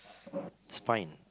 spine